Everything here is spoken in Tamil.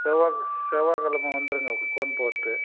செவ்வாய் செவ்வாக்கெழமை வந்துடுங்க போன் போட்டு